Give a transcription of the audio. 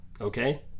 okay